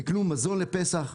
יקנו מזון לפסח,